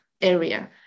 area